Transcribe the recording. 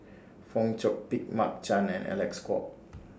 Fong Chong Pik Mark Chan and Alec Kuok